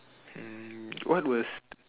um what was